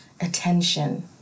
attention